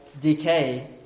decay